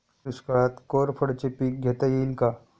दुष्काळात कोरफडचे पीक घेता येईल का?